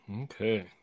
Okay